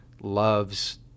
loves